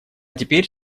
теперь